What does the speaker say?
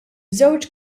żewġ